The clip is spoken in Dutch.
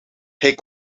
hij